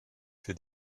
für